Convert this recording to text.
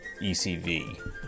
ECV